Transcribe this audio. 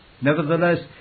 Nevertheless